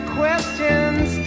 questions